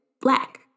Black